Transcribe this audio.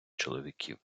чоловіків